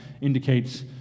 indicates